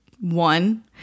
one